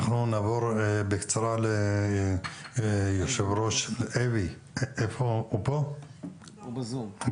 נעבור בקצרה ליושב-ראש ארגון נפגעי פעולות איבה,